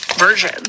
version